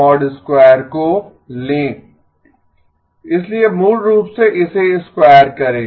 2 को लें इसलिए मूल रूप से इसे स्क्वायर करें